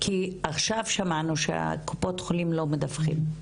כי עכשיו שמענו שקופות החולים לא מדווחות.